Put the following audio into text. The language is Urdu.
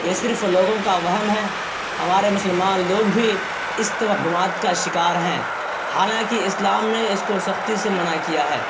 یہ صرف لوگوں کا وہم ہے ہمارے مسلمان لوگ بھی اس توہمات کا شکار ہیں حالانکہ اسلام میں اس کو سختی سے منع کیا ہے